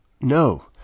No